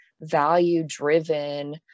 value-driven